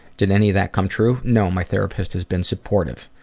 did any of that come true? no, my therapist has been supportive.